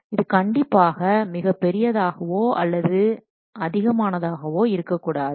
அது கண்டிப்பாக மிகப் பெரியதாகவோ அல்லது அதிகமாகவோ இருக்கக் கூடாது